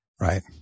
Right